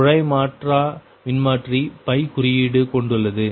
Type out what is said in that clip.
குழாய் மாற்றா மின்மாற்றி குறியீடே கொண்டுள்ளது